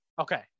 Okay